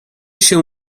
się